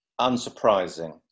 unsurprising